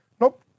Nope